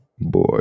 boy